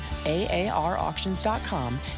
AARauctions.com